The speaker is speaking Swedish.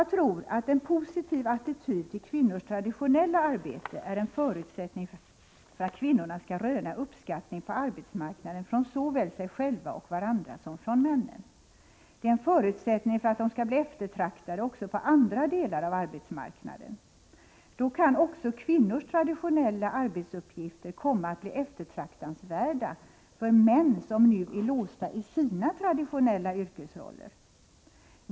Jag tror att en positiv attityd till kvinnors traditionella arbete är en förutsättning för att kvinnorna skall röna uppskattning på arbetsmarknaden från såväl sig själva och varandra som från männen. Det är en förutsättning för att de skall bli eftertraktade också på andra delar av arbetsmarknaden. Då kan också kvinnors traditionella arbetsuppgifter komma att bli eftertraktansvärda för män som nu är låsta i sina traditionella yrkesroller.